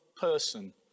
person